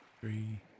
three